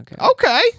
okay